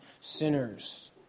sinners